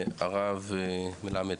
הרב מלמד.